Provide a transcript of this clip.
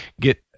get